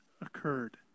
occurred